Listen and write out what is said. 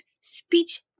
speech